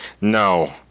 No